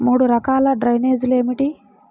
మూడు రకాల డ్రైనేజీలు ఏమిటి?